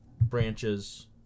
branches